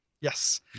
Yes